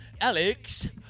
Alex